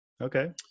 Okay